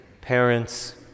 parents